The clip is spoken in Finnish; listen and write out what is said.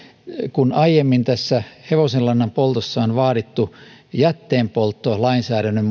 kun aiemmin tässä hevosenlannan poltossa on vaadittu jätteenpolttolainsäädännön